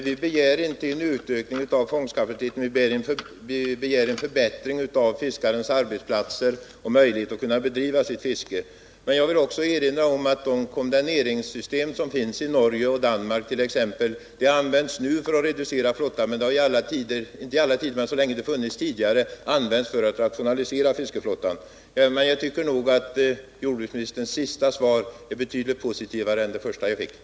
Skolstyrelsen i Vilhelmina har hos regeringen hemställt om inrättande av ”glesbygdshögstadium” i Saxnäs. Framställningen har tillstyrkts av länsskolnämnden i Västerbottens län och av skolöverstyrelsen. Som motiv till framställningen har anförts dels de långa skolresor som barnen i området nu tvingas till, dels det ansvar som samhället iklätt sig genom etablering av gruvdrift i Stekenjokk. Är regeringen beredd att ställa erforderliga medel till förfogande för att högstadium skall kunna inrättas i Saxnäs?